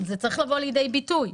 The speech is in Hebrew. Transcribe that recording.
זה צריך לבוא לידי ביטוי.